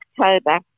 October